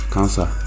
Cancer